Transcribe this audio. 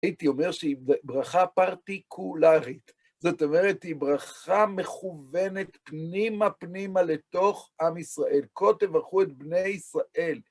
הייתי אומר שהיא ברכה פרטיקולרית, זאת אומרת, היא ברכה מכוונת פנימה-פנימה לתוך עם ישראל. כה תברכו את בני ישראל.